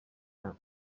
hours